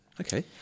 okay